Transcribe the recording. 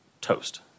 toast